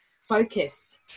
focus